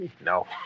No